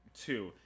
two